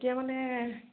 এতিয়া মানে